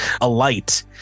alight